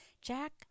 Jack